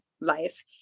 life